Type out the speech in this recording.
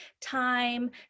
time